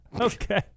Okay